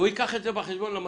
הוא ייקח את זה בחשבון במסלול.